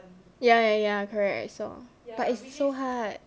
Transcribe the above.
ya ya ya correct I saw but it's so hard